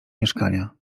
mieszkania